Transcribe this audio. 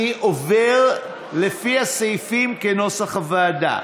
אני עובר לפי הסעיפים כנוסח הוועדה.